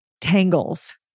tangles